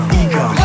ego